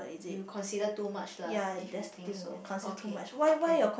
you consider too much lah if you think so okay can